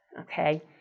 okay